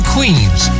Queens